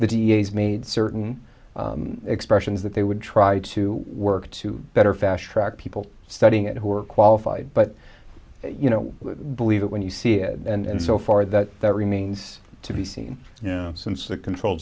the d a s made certain expressions that they would try to work to better fashion people studying it who are qualified but you know believe it when you see it and so far that that remains to be seen since the controlled